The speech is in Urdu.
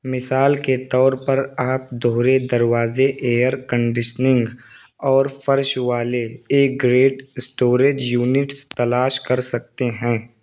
مثال کے طور پر آپ دوہرے دروازے ایئر کنڈیشنگ اور فرش والے اے گریڈ اسٹوریج یونٹس تلاش کر سکتے ہیں